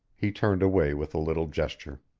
he turned away with a little gesture.